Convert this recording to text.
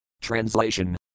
Translation